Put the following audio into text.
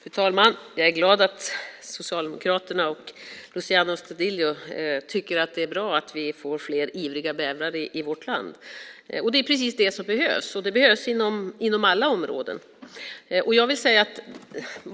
Fru talman! Jag är glad att Socialdemokraterna och Luciano Astudillo tycker att det är bra att vi får fler ivriga bävrar i vårt land. Det är precis det som behövs. Det behövs inom alla områden.